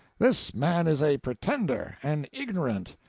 this man is a pretender, and ignorant,